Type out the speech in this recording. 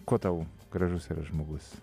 kuo tau gražus yra žmogus